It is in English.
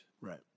Right